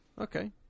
Okay